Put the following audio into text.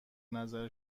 نظر